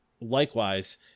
Likewise